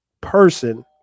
person